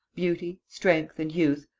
beauty, strength, and youth,